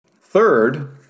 Third